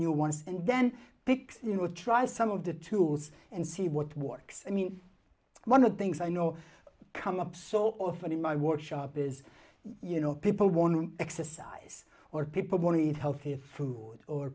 new once and then picks you know try some of the tools and see what works i mean one of the things i know come up so often in my workshop is you know people want to exercise or people want to eat healthy food or